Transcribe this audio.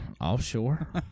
offshore